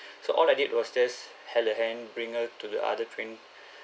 so all I did was just held her hand bring her to the other train